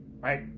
right